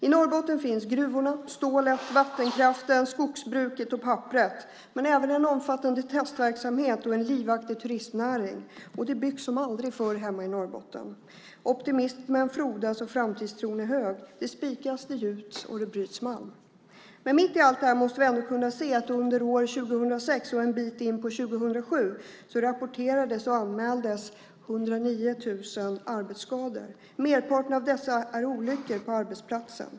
I Norrbotten finns gruvorna, stålet, vattenkraften, skogsbruket och papperet men även en omfattande testverksamhet och en livaktig turistnäring. Och det byggs som aldrig förr hemma i Norrbotten. Optimismen frodas och framtidstron är stor. Det spikas, det gjuts och det bryts malm. Men mitt i allt det här måste vi ändå kunna se att under år 2006 och en bit in på 2007 rapporterades och anmäldes 109 000 arbetsskador. Merparten av dessa är olyckor på arbetsplatsen.